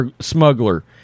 smuggler